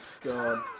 God